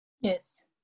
Yes